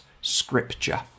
scripture